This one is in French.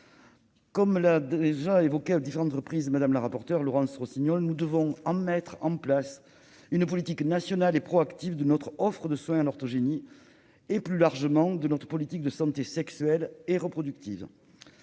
Comme l'a déjà évoqué à différentes reprises Mme la rapporteure Laurence Rossignol, nous devons mettre en place une politique nationale et proactive pour notre offre de soins en orthogénie et, plus largement, en matière de santé sexuelle et reproductive.